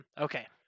Okay